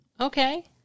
Okay